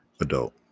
adult